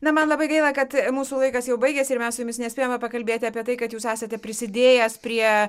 na man labai gaila kad mūsų laikas jau baigėsi ir mes jumis nespėjome pakalbėti apie tai kad jūs esate prisidėjęs prie